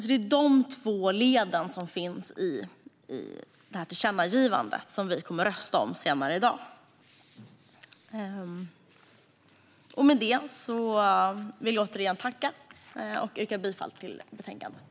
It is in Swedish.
Det är de två leden som finns i tillkännagivandet, som vi kommer att rösta om senare i dag. Med det vill jag återigen tacka och yrka bifall till förslaget.